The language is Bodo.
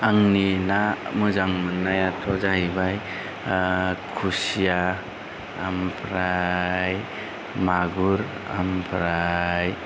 आंनि ना मोजां मोननायाथ' जाहैबाय खुसिया ओमफ्राय मागुर ओमफ्राय